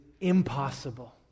impossible